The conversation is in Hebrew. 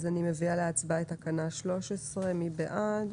אני מביאה להצבעה את תקנה 13. מי בעד?